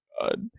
god